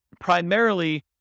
primarily